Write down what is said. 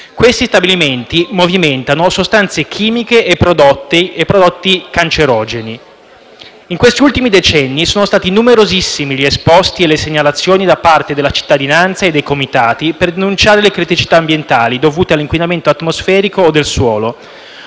Questi stabilimenti movimentano sostanze chimiche e prodotti cancerogeni. In questi ultimi decenni sono stati numerosissimi gli esposti e le segnalazioni da parte della cittadinanza e dei comitati, per denunciare le criticità ambientali dovute all'inquinamento atmosferico o del suolo.